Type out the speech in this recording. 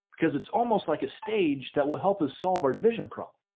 because it's almost like a stage that will help us solve our division problem.